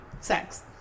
sex